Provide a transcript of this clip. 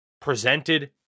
presented